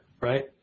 right